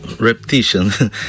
repetition